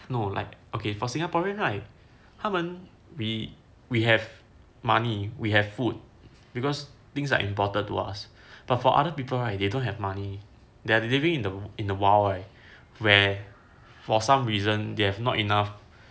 no like okay for singaporean right 他们 we we have money we have food because things are important to us but for other people right they don't have money they're living in the in the wild right where for some reason they have not enough